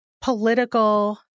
political